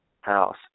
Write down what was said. house